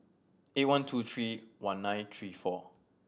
eight one two three one nine three four